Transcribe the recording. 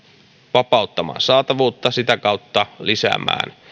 vapauttamaan saatavuutta sitä kautta lisäämään